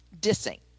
dissing